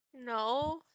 No